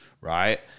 right